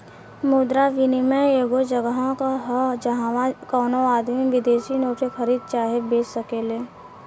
मुद्रा विनियम एगो जगह ह जाहवा कवनो आदमी विदेशी नोट के खरीद चाहे बेच सकेलेन